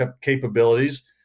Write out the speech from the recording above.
capabilities